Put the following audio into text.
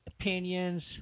opinions